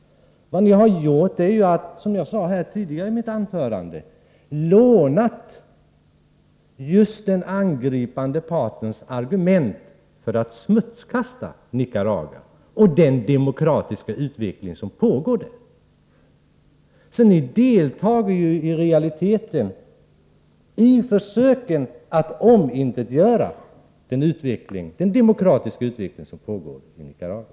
Vad ni gjort är, som jag sade i mitt anförande tidigare, att ni lånat den angripande partens argument för att smutskasta Nicaragua och den demokratiska utveckling som pågår där. Ni deltar i realiteten i försöken att omintetgöra den demokratiska utveckling som pågår i Nicaragua.